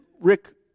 Rick